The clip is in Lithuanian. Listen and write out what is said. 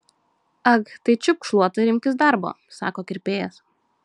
ag tai čiupk šluotą ir imkis darbo sako kirpėjas